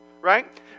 right